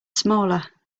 smaller